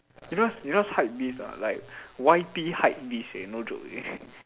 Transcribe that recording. you know you know what hypebeast or not like Y_P hypebeast eh no joke eh